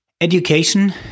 Education